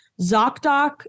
ZocDoc